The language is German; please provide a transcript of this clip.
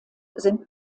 sind